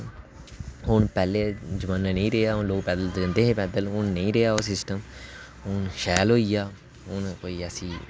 हून पैह्लें जमाना नेईं रेहा हून पैह्लें जंदे हे पैदल हून नेईं रेहा ओह् सिस्टम हून शैल होई गेआ हून कोई ऐसी